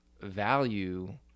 value